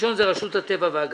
הראשון זה רשות הטבע והגנים,